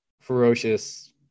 ferocious